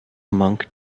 monk